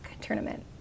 Tournament